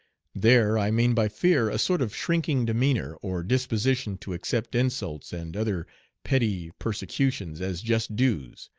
there i mean by fear a sort of shrinking demeanor or disposition to accept insults and other petty persecutions as just dues,